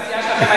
הסיעה שלכם,